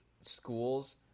schools